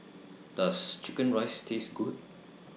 Does Chicken Rice Taste Good